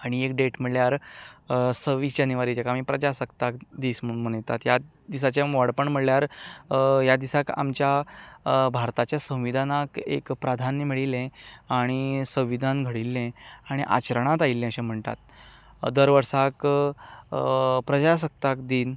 आनीक एक डेट म्हणल्यार सव्वीस जानेवारी जाका आमी प्रजासत्ताक दीस म्हूण मनयतात ह्या दिसाचें व्हडपण म्हणल्यार ह्या दिसाक आमच्या भारताचें संविधानाक एक प्राधान्य मेळिल्लें आनी संविधान घडिल्लें आनी आचरणांत आयिल्लें अशें म्हणटात दर वर्साक प्रजासत्ताक दीन